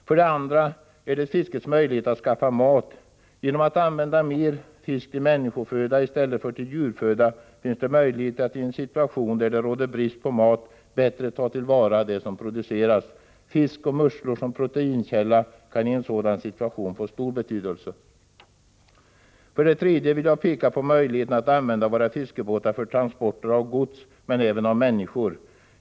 För det andra är det fiskets möjlighet att skaffa mat. Genom att använda mer fisk till människoföda i stället för till djurföda finns det möjlighet att i en situation där det råder brist på mat bättre ta till vara det som produceras. Fisk och musslor som proteinkälla kan i en sådan situation få stor betydelse. För det tredje vill jag peka på möjligheten att använda våra fiskebåtar för transporter av gods och även av människor.